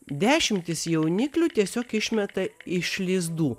dešimtis jauniklių tiesiog išmeta iš lizdų